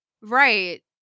Right